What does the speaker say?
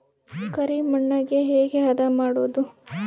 ಕರಿ ಮಣ್ಣಗೆ ಹೇಗೆ ಹದಾ ಮಾಡುದು?